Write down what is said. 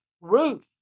Ruth